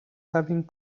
having